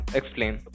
explain